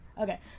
Okay